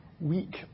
weak